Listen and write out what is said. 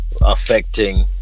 affecting